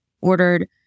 ordered